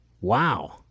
Wow